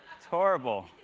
it's horrible.